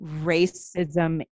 racism